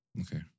Okay